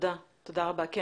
אני